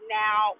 now